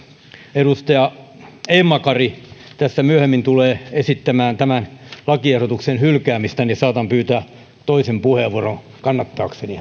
edustaja emma kari tässä myöhemmin tulee esittämään tämän lakiehdotuksen hylkäämistä niin saatan pyytää toisen puheenvuoron kannattaakseni